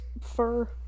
fur